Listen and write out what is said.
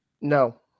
No